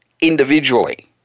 individually